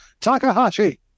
takahashi